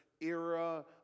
era